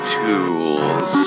tools